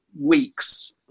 weeks